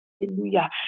hallelujah